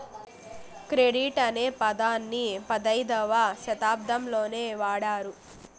credit అనే పదాన్ని పదైధవ శతాబ్దంలోనే వాడారు